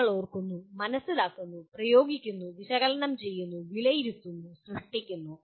നിങ്ങൾ ഓർക്കുന്നു മനസിലാക്കുന്നു പ്രയോഗിക്കുന്നു വിശകലനം ചെയ്യുന്നു വിലയിരുത്തുന്നു സൃഷ്ടിക്കുന്നു